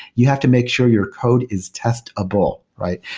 you have to make sure your code is testable, right?